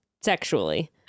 sexually